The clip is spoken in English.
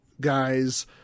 guys